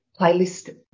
playlist